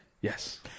Yes